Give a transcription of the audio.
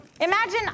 Imagine